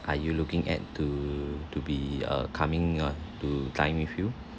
are you looking at to to be err coming err to dine with you